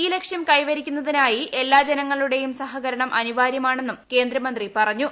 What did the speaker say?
ഈ ലക്ഷൃം കൈവരിക്കുന്നതിനായി എല്ലാ ജനങ്ങളുടെയും സഹകരണം അനിവാര്യമാണെന്നും കേന്ദ്രമന്ത്രി പറഞ്ഞു